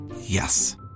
Yes